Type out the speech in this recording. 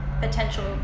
potential